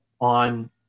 on